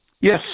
Yes